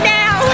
now